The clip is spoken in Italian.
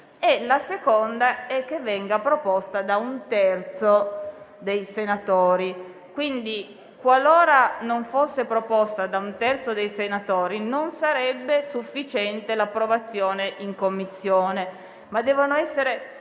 la seconda è che venga proposta da un terzo dei componenti la Commissione. Quindi, qualora non fosse proposta da un terzo dei senatori, non sarebbe sufficiente l'approvazione in Commissione, ma devono esservi